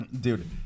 Dude